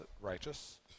righteous